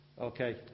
okay